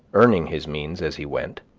earning his means as he went,